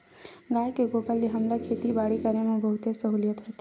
गाय के गोबर ले हमला खेती बाड़ी करे म बहुतेच सहूलियत होथे